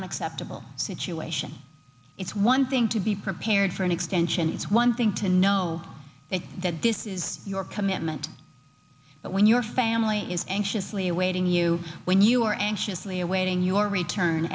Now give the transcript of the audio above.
unacceptable situation it's one thing to be prepared for an extension it's one thing to know that this is your commitment but when your family is anxiously awaiting you when you are anxiously awaiting your return